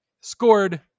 scored